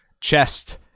chest